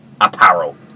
Apparel